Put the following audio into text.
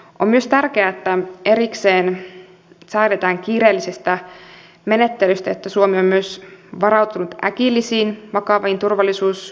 on myös tärkeää että erikseen säädetään kiireellisestä menettelystä jotta suomi on myös varautunut vastaamaan äkillisiin vakaviin turvallisuusuhkiin